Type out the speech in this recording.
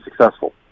successful